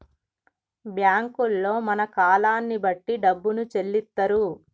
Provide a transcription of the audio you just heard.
బ్యాంకుల్లో మన కాలాన్ని బట్టి డబ్బును చెల్లిత్తరు